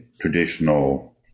traditional